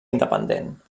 independent